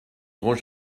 grand